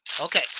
Okay